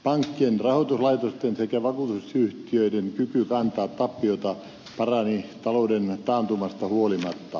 pankkien rahoituslaitosten sekä vakuutusyhtiöiden kyky kantaa tappiota parani talouden taantumasta huolimatta